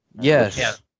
Yes